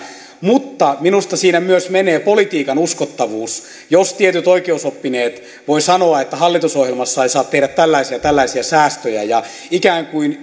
mutta minusta siinä myös menee politiikan uskottavuus jos tietyt oikeusoppineet voivat sanoa että hallitusohjelmassa ei saa tehdä tällaisia ja tällaisia säästöjä ja ikään kuin